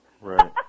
Right